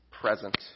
present